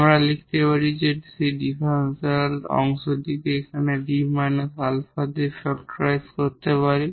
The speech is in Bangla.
আমরা লিখতে পারি সেই ডিফারেনশিয়াল অংশটিকে এখানে 𝐷 𝛼 দিয়ে ফ্যাক্টরাইজ করতে পারি